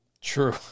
True